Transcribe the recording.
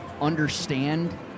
understand